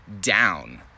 down